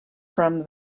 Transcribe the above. from